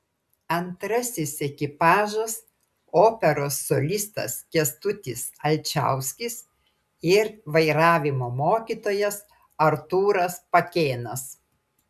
antrasis ekipažas operos solistas kęstutis alčauskis ir vairavimo mokytojas artūras pakėnas